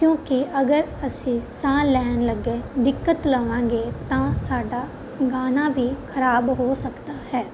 ਕਿਉਂਕਿ ਅਗਰ ਅਸੀਂ ਸਾਹ ਲੈਣ ਲੱਗੇ ਦਿੱਕਤ ਲਵਾਂਗੇ ਤਾਂ ਸਾਡਾ ਗਾਣਾ ਵੀ ਖਰਾਬ ਹੋ ਸਕਦਾ ਹੈ